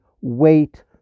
wait